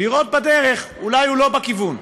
לראות בדרך שאולי הוא לא בכיוון,